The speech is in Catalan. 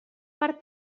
per